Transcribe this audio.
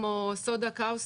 כמו: סודה קאוסטית,